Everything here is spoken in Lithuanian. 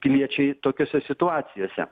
piliečiai tokiose situacijose